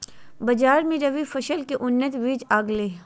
बाजार मे रबी फसल के उन्नत बीज आ गेलय हें